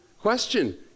question